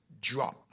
drop